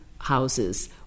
Houses